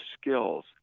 skills